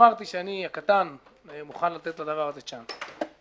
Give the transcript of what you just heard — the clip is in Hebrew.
אמרתי שאני הקטן מוכן לתת לדבר הזה צ'אנס.